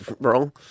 Wrong